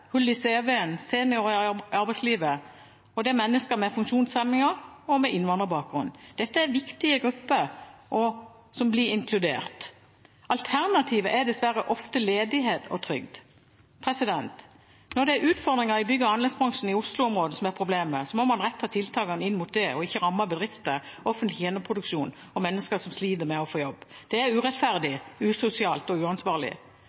hull i cv-en. Det er seniorer i arbeidslivet, og det er mennesker med funksjonshemninger og med innvandrerbakgrunn. Dette er viktige grupper som blir inkludert. Alternativet er dessverre ofte ledighet og trygd. Når det er utfordringene i bygg- og anleggsbransjen i Oslo-området som er problemet, må man rette tiltakene inn mot det og ikke ramme bedrifter, offentlig tjenesteproduksjon og mennesker som sliter med å få jobb. Det er urettferdig, usosialt og uansvarlig.